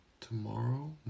tomorrow